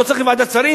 לא צריך ועדת שרים,